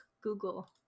google